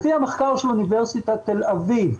לפי המחקר של אוניברסיטת תל אביב,